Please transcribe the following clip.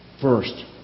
first